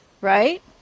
right